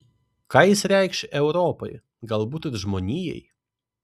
ką jis reikš europai galbūt ir žmonijai